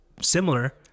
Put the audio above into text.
similar